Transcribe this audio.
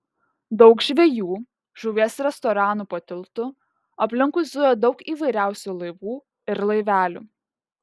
daug žvejų žuvies restoranų po tiltu aplinkui zujo daug įvairiausių laivų ir laivelių